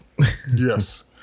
Yes